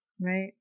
Right